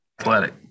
athletic